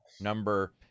number